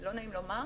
לא נעים לומר.